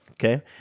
Okay